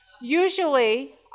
usually